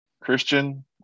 Christian